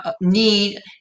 Need